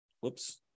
whoops